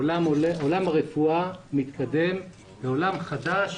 עולם הרפואה מתקדם, הוא עולם חדש.